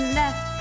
left